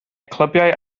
clybiau